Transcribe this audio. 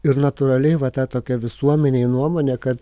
ir natūraliai va ta tokia visuomenėj nuomonė kad